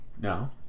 No